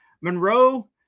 Monroe